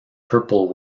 purple